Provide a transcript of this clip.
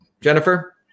Jennifer